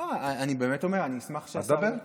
אני באמת אומר שאני אשמח שהשר, אז דבר.